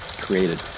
created